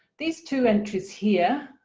these two entries here,